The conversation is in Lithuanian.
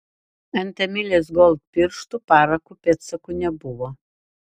ant emilės gold pirštų parako pėdsakų nebuvo